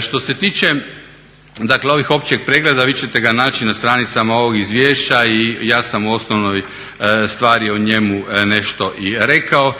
Što se tiče dakle ovog općeg pregleda, vi ćete ga naći na stranicama ovog izvješća i ja sam u osnovnoj stvari o njemu nešto i rekao.